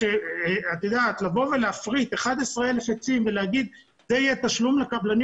לבוא ולהפריט 11 אלף עצים ולהגיד שזה יהיה תשלום לקבלנים